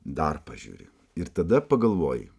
dar pažiūri ir tada pagalvoji